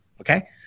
Okay